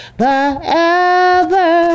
forever